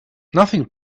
nothing